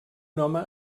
home